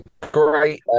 great